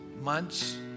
months